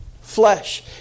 flesh